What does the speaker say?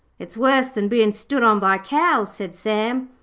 it's worse than bein stood on by cows said sam.